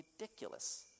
ridiculous